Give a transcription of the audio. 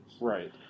Right